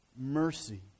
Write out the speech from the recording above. mercy